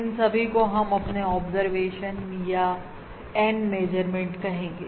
इन सभी को हम अपने N ऑब्जर्वेशन या N मेजरमेंट्स कहेंगे